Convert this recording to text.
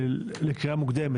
לקריאה מוקדמת,